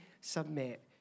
submit